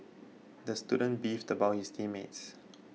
the student beefed about his team mates